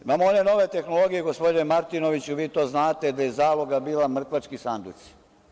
Imamo one nove tehnologije, gospodine Martinoviću vi to znate, da je zaloga bila mrtvački sanduci.